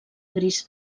gris